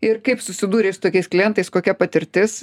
ir kaip susidūrei su tokiais klientais kokia patirtis